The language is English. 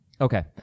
Okay